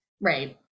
right